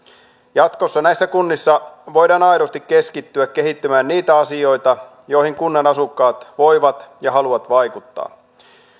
jatkossa näissä kunnissa voidaan aidosti keskittyä kehittämään niitä asioita joihin kunnan asukkaat voivat ja haluavat vaikuttaa